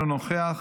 אינו נוכח,